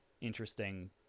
interesting